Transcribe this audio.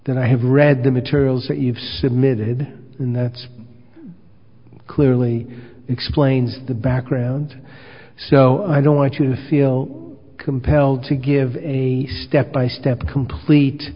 that i have read the materials that you've submitted in that clearly explains the background so i don't want you to feel compelled to give a step by step a complete